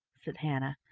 said hannah,